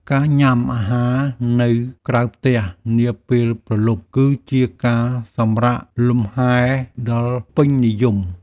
ការញ៉ាំអាហារនៅក្រៅផ្ទះនាពេលព្រលប់ គឺជាការសម្រាកលម្ហែដ៏ពេញនិយម។